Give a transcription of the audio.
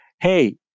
hey